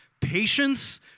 patience